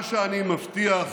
מה שאני מבטיח